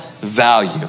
value